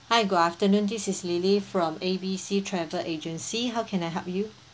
hi good afternoon this is lily from A B C travel agency how can I help you